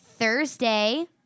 Thursday